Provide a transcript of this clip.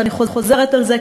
ואני חוזרת על זה,